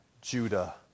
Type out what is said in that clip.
Judah